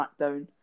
SmackDown